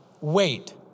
wait